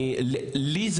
לי זה